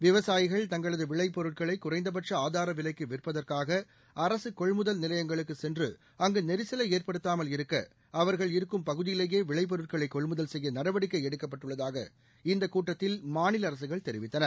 விவசாயிகள் தங்களது விளை பொருட்களை குறைந்தபட்ச ஆதார விலைக்கு விற்பதற்காக அரசு கொள்முதல் நிலையங்களுக்கு சென்று அங்கு நெரிசலை ஏற்படுத்தாமல் இருக்க அவர்கள் இருக்கும் பகுதியிலலேயே விளை பொருட்களை கொள்முதல் சுய்ய நடவடிக்கை எடுக்கப்பட்டுள்ளதாக இந்த கூட்டத்தில் மாநில அரசுகள் தெரிவித்தன